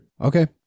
Okay